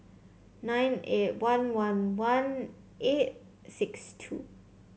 nine eight one one one eight six two